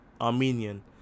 Armenian